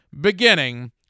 beginning